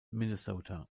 minnesota